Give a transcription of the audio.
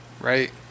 right